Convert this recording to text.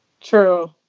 True